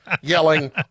yelling